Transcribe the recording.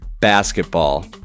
basketball